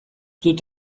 dut